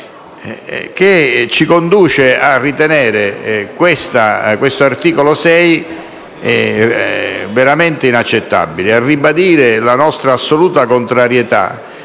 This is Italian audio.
che ci conduce a ritenere questo articolo 6 veramente inaccettabile e a ribadire la nostra assoluta contrarietà